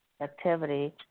Activity